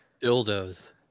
dildos